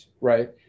right